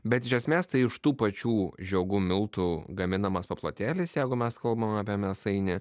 bet iš esmės tai iš tų pačių žiogų miltų gaminamas paplotėlis jeigu mes kalbam apie mėsainį